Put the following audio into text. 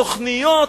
תוכניות,